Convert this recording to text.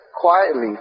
quietly